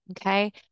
Okay